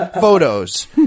photos